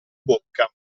bocca